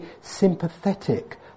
sympathetic